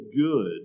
good